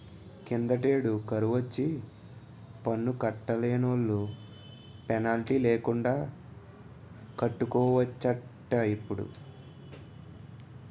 కిందటేడు కరువొచ్చి పన్ను కట్టలేనోలు పెనాల్టీ లేకండా కట్టుకోవచ్చటిప్పుడు